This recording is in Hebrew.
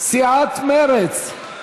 סיעת מרצ.